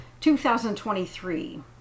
2023